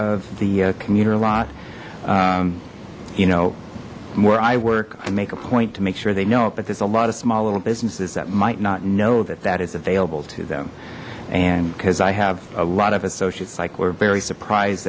of the commuter lot you know where i work and make a point to make sure they know it but there's a lot of small little businesses that might not know that that is available to them and because i have a lot of associates like we're very surprised